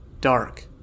Dark